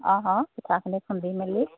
অঁ অঁ পিঠাখিনি খুন্দি মেলি